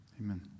Amen